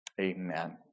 amen